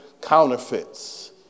counterfeits